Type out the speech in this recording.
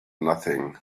nothing